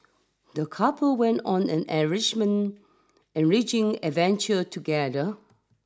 the couple went on an enrichment enriching adventure together